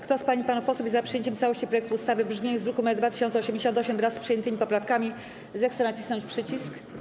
Kto z pań i panów posłów jest za przyjęciem w całości projektu ustawy w brzmieniu z druku nr 2088, wraz przyjętymi poprawkami, zechce nacisnąć przycisk.